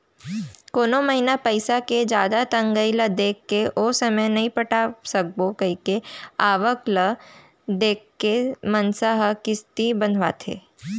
कोनो महिना पइसा के जादा तंगई ल देखके ओ समे नइ पटाय सकबो कइके आवक ल देख के मनसे ह किस्ती बंधवाथे